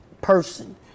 person